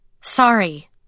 Sorry